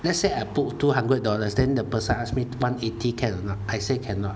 let's say I put two hundred dollars then the person ask me one eighty can or not I say cannot